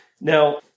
Now